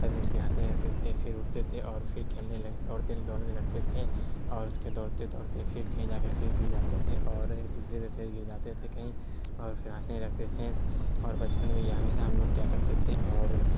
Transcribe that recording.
سب مل کے ہنسنے لگتے تھے پھر اٹھتے تھے اور پھر کھیلنے لگ دوڑتے دوڑنے لگتے تھے اور اس کے دوڑتے دوڑتے پھر کہیں جا کر پھر گر جاتے تھے اور ایک دوسرے پہ پھر گر جاتے تھے کہیں اور پھر ہنسنے لگتے تھے اور بچپن میں یہ ہمیشہ ہم لوگ کیا کرتے تھے اور